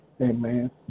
Amen